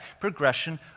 progression